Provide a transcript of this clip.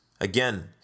Again